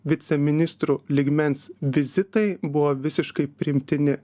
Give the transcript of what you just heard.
viceministrų lygmens vizitai buvo visiškai priimtini